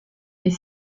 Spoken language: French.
est